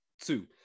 two